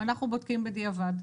ואנחנו בודקים בדיעבד.